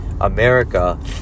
America